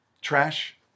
Trash